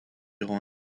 rend